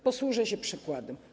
Posłużę się przykładem.